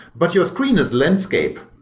but your screen is landscape.